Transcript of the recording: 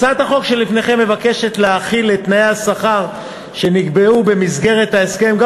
הצעת החוק שלפניכם מבקשת להחיל את תנאי השכר שנקבעו במסגרת ההסכם גם